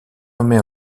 nommée